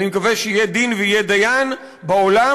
אני מקווה שיהיה דין ויהיה דיין בעולם